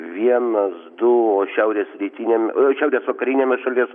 vienas du o šiaurės rytiniam šiaurės vakariniame šalies